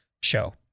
show